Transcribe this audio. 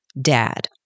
Dad